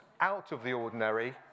out-of-the-ordinary